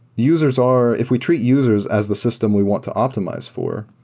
users are if we treat users as the system we want to optimize for,